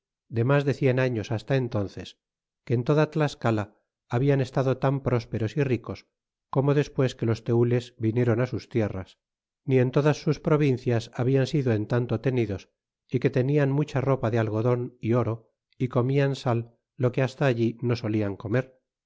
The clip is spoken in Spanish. de mas de cien años hasta en tnces que en toda tlascala hablan estado tan prósperos y ricos como despues que los teules viniéron sus tierras ni en todas sus provincias hablan sido en tanto tenidos y que tenían mucha ropa de algodon y oro y comian sal lo que hasta allí no solian comer